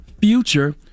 future